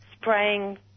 spraying